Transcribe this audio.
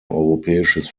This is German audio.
europäisches